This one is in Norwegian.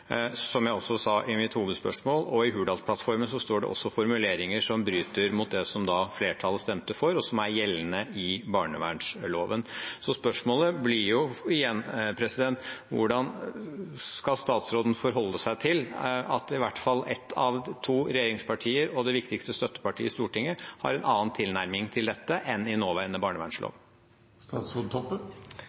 som jeg også sa i mitt hovedspørsmål. I Hurdalsplattformen står det også formuleringer som bryter med det som flertallet stemte for, og som er gjeldende i barnevernsloven. Så spørsmålet blir igjen: Hvordan skal statsråden forholde seg til at i hvert fall ett av to regjeringspartier og det viktigste støttepartiet i Stortinget har en annen tilnærming til dette enn i nåværende